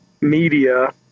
media